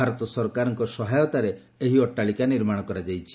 ଭାରତ ସରକାରଙ୍କ ସହାୟତାରେ ଏହି ଅଟ୍ଟାଳିକା ନିର୍ମାଣ କରାଯାଇଛି